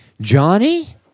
Johnny